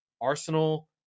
Arsenal